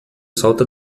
salta